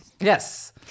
Yes